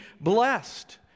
blessed